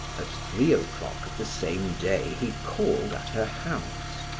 at three o'clock of the same day he called at her house.